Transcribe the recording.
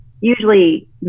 usually